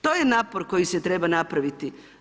To je napor koji se treba napraviti.